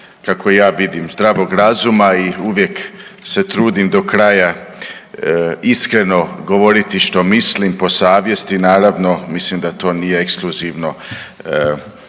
kako ja vidim zdravog razuma i uvijek se trudim do kraja iskreno govoriti što mislim, po savjesti naravno mislim da to nije ekskluzivno